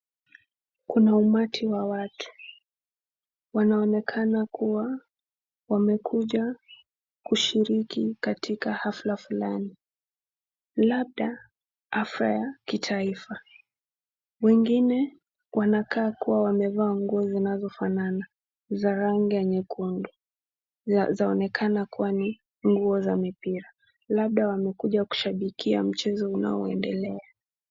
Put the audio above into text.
Kuna umati wa watu wanaonekana kuwa wamekuja kushiriki katika hafla fulani labda hafla ya kitaifa. Wengine wanakaa kuwa wamevaa nguo zinazofanana za rangi ya nyekundu zaonekana kuwa ni nguo za mipira. Labda wamekuja kuishabikia mchezo unaoendelea.